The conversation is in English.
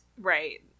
Right